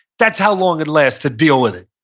that's how long it lasts, to deal with it